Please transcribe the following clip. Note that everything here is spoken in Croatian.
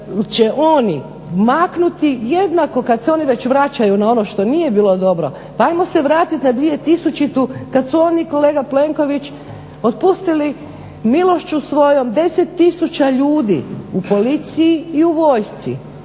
će oni maknuti jednako kad se oni već vraćaju na ono što nije bilo dobro pa ajmo se vratiti na 2000. kad su oni, kolega Plenković, otpustili milošću svojom 10 tisuća ljudi u policiji i u vojsci.